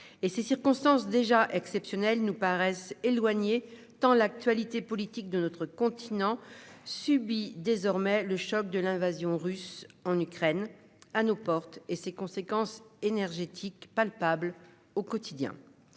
et ces circonstances déjà exceptionnelles nous paraissent éloignées tant l'actualité politique de notre continent subit désormais le choc de l'invasion russe en Ukraine, à nos portes et ses conséquences énergétiques palpable au quotidien.